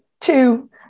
two